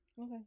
Okay